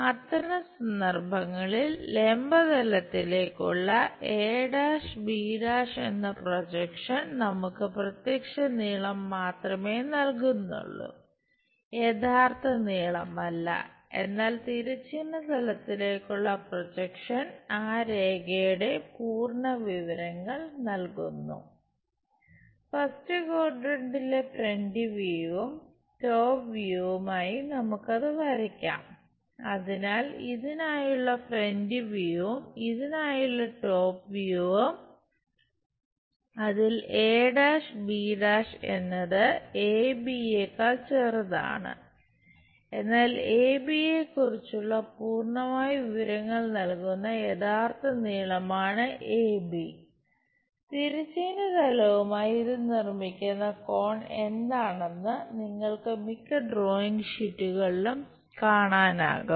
അത്തരം സന്ദർഭങ്ങളിൽ ലംബ തലത്തിലേക്കുള്ള ആ രേഖയുടെ പൂർണ്ണ വിവരങ്ങൾ നൽകുന്നു ഫസ്റ്റ് ക്വാഡ്രന്റിലെ ഷീറ്റുകളിലും കാണാനാകും